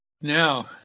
Now